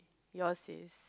yours is